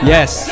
Yes